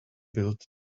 build